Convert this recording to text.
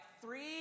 three